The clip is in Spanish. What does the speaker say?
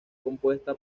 compuesta